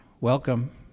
welcome